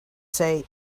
say